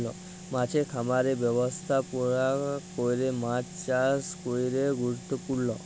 মাছের খামারের ব্যবস্থাপলা ক্যরে মাছ চাষ ক্যরা গুরুত্তপুর্ল